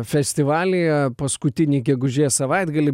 festivalyje paskutinį gegužės savaitgalį